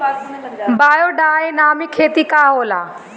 Biodynamic खेती का होला?